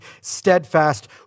steadfast